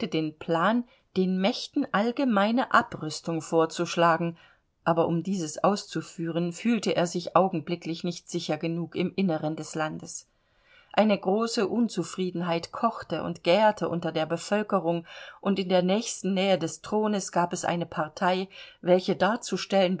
den plan den mächten allgemeine abrüstung vorzuschlagen aber um dieses auszuführen fühlte er sich augenblicklich nicht sicher genug im innern des landes eine große unzufriedenheit kochte und gährte unter der bevölkerung und in der nächsten nähe des thrones gab es eine partei welche darzustellen